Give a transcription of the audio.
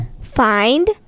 Find